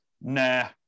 nah